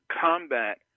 combat